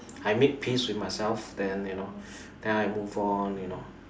I made peace with myself then you know then I moved on you know